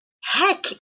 heck